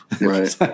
Right